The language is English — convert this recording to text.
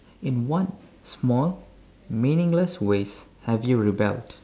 in what small meaningless ways have you rebelled